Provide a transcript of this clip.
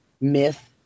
myth